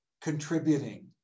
contributing